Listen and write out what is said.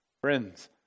Friends